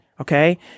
okay